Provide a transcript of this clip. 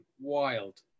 Wild